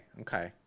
okay